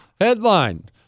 Headline